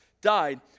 died